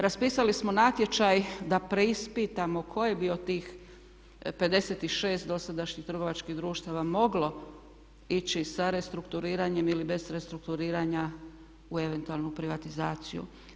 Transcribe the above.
Raspisali smo natječaj da preispitamo koje bi od tih 56 dosadašnjih trgovačkih društava moglo ići sa restrukturiranjem ili bez restrukturiranja u eventualnu privatizaciju?